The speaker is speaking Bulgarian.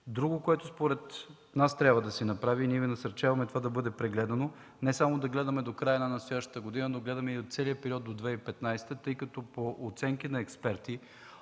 Друго, което според нас трябва да се направи, и ние Ви насърчаваме да бъде прегледано – не само да гледаме до края на настоящата година, но да гледаме и целия период до 2015 г., тъй като по оценки на експерти